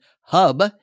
hub